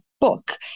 book